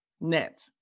Net